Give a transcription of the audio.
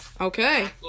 Okay